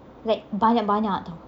like banyak banyak